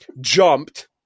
jumped